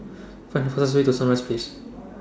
Find The fastest Way to Sunrise Place